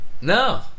No